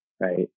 right